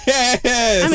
Yes